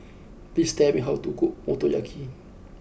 please tell me how to cook Motoyaki